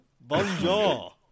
Bonjour